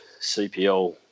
CPL